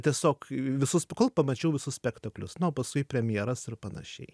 tiesiog visus kol pamačiau visus spektaklius na o paskui į premjeras ir panašiai